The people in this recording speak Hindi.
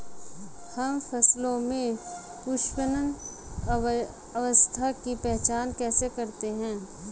हम फसलों में पुष्पन अवस्था की पहचान कैसे करते हैं?